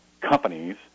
companies